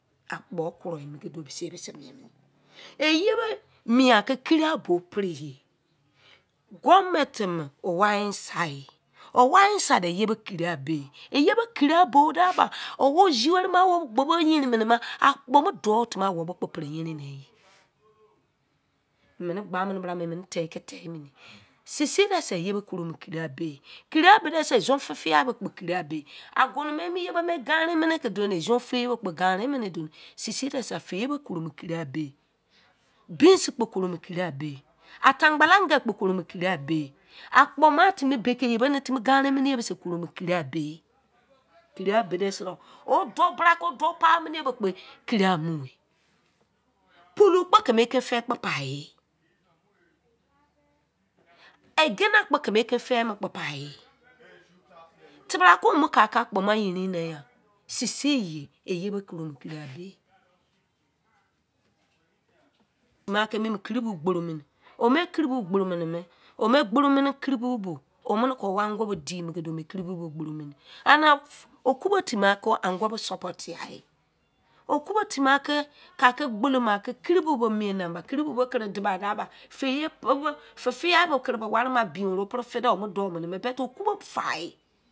Akpo kuru emi kẹ dọnẹ bise yẹ bọ se miẹn minẹ iyẹ bọ mien a kẹ kiri a bọ erẹyẹ government mẹ wọ answer e ọ wo answer dẹ iyẹ bọ kiri a bọ ẹ iyẹ bọ kiri a bọ dẹ ba o woziwẹrẹ mi o wogbo yerin mẹnẹ me akpo mẹ dọu timi awọbọ kpo timi yerinẹyẹ. Emẹnẹ gba mẹnẹ bra emene tekẹ tẹ meneyẹ sẹisẹi dẹsẹ iyẹ bo koromu kiri a bọ e kiri a bo de sẹ izon fẹ fiai kpo kiri a bọ e agunu mẹ mi ye bọ me ganre mẹnẹ kẹ dọ nẹ izon fẹyẹ bọ kpo ganre mẹnẹ kẹ donẹ seiser dẹ sẹ fẹ yẹ bo kọro mo kiri a bẹ e beans kpo koro mọ kiri a bẹ ẹ atangbala engẹ kpo koro mọ kiri a bẹ akpo ma timi bekei iyẹ bọ nẹ timi ganren mẹnẹ iyẹ bọsẹ korọ mọ kiri a bẹ kiri a bo de seriya. O dou bra kẹ o dou pai mẹnẹ iyẹ bọ ke kiri a mu e pulu kpo keme ekẹ fẹai pai e e gina kpo keme ekẹ fẹ kpo pai e tebra ko ka akpo ma yerin nẹ yan seisei iye bo kọro mo kiri a bọ e ma kini kiri bọ gboro mẹnẹ o mẹ kiri bọ gboro mẹnẹ mẹ o mẹ gboro mẹnẹ kiri bọ mẹ o mene ke wan ongu bọ ke de mẹ donẹ mo kiri bọ gboro mẹne ariẹ okubo timi akọ angu bọ supporti ya okubo timi akẹ ka ke gbolo mo akẹ kiri bọ bọ mien nẹ ba kiri bọ bọ kẹrẹ di ba da ba fẹyẹ pẹpọ fe figi bo kere ware ma bain wọ prefe de wọ mọ dọu mẹnẹ me but okubo fa e,